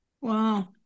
wow